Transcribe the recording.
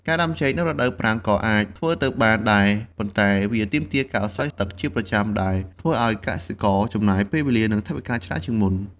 ការដាំចេកនៅរដូវប្រាំងក៏អាចធ្វើទៅបានដែរ ប៉ុន្តែវាទាមទារការស្រោចទឹកជាប្រចាំដែលធ្វើឱ្យកសិករចំណាយពេលវេលានិងថវិកាច្រើនជាងមុន។